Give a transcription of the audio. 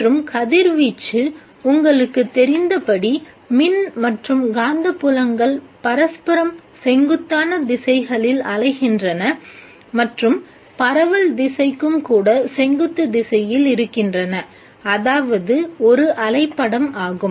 மற்றும் கதிர்வீச்சு உங்களுக்குத் தெரிந்தபடி மின் மற்றும் காந்தப்புலங்கள் பரஸ்பரம் செங்குத்தான திசைகளில் அலைகின்றன மற்றும் பரவல் திசைக்கும் கூட செங்குத்து திசையில் இருக்கின்றன அதாவது ஒரு அலை படம் ஆகும்